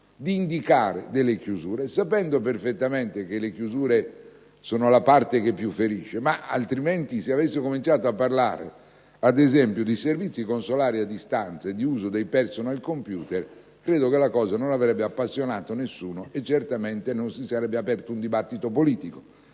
di indicare delle chiusure sapendo perfettamente che queste ultime sono la parte che più ferisce; diversamente, se avesse cominciato a parlare, ad esempio, di servizi consolari a distanza e di uso dei *personal computer*, credo che la cosa non avrebbe appassionato nessuno e non si sarebbe aperto un dibattito politico,